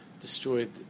destroyed